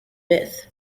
myth